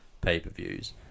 pay-per-views